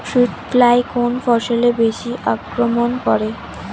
Fruit fly কোন ফসলে বেশি আক্রমন করে?